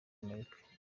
amerika